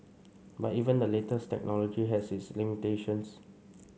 but even the latest technology has its limitations